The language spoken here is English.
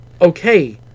okay